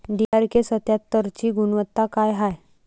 DRK सत्यात्तरची गुनवत्ता काय हाय?